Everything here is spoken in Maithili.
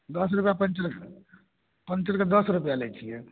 दस रुपैआ पॅंचर पॅंचरके दस रुपैआ लै छियै